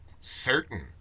certain